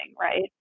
right